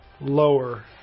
lower